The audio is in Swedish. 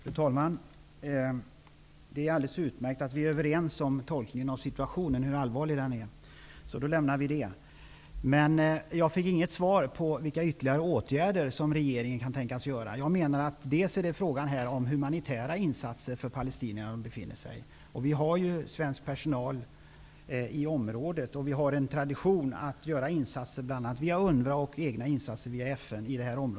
Fru talman! Det är alldeles utmärkt att vi är överens om tolkningen av situationen, om hur allvarlig den är. Så det kan lämnas därhän. Men jag fick inget svar på min fråga om vilka ytterligare åtgärder som regeringen kan tänkas vidta. Det är här fråga om humanitära insatser för palestinierna. Det finns ju svensk personal i området, och vi har en tradition att göra insatser bl.a. via UNRWA och FN.